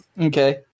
Okay